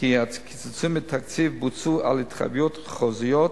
כי הקיצוצים בתקציב בוצעו על התחייבויות חוזיות,